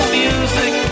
music